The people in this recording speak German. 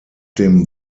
dem